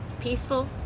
peaceful